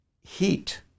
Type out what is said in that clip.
heat